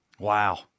Wow